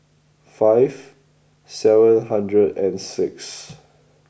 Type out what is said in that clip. five seven hundred and six